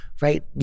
right